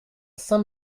saint